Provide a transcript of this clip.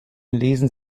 lesen